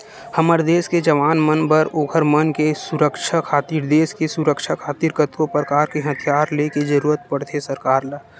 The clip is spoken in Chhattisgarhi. हमर देस के जवान मन बर ओखर मन के सुरक्छा खातिर देस के सुरक्छा खातिर कतको परकार के हथियार ले के जरुरत पड़थे सरकार ल